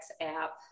app